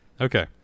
Okay